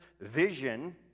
vision